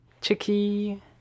Chicky